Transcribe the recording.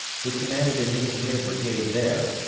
who commanded an engineer brigade there,